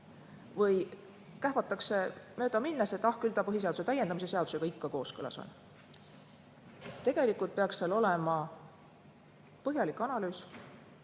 või kähvatakse möödaminnes, et ah, küll see põhiseaduse täiendamise seadusega ikka kooskõlas on. Tegelikult peaks seal olema põhjalik analüüs